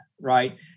right